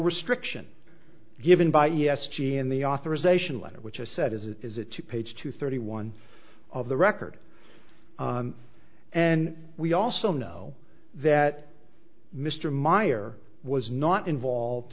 restriction given by us g n the authorization letter which i said is it is a two page to thirty one of the record and we also know that mr meyer was not involved